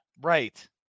Right